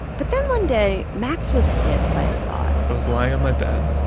but then one day, max was hit by a thought i was lying on my bed,